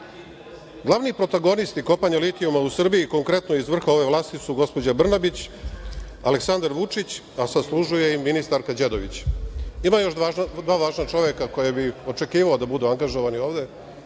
protagonisti kopanja litijuma u Srbiji, konkretno iz vrha ove vlasti su gospođa Brnabić, Aleksandar Vučić, a zaslužuje i ministarka Đedović. Ima još dva važna čoveka koja bih očekivao da budu angažovani ovde,